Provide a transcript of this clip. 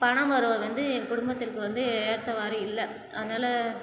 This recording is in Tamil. பணவரவ வந்து என் குடும்பத்திற்கு வந்து ஏற்றவாறு இல்லை அதனால்